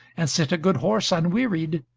and sit a good horse unwearied.